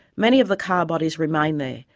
many of the car bodies remain there,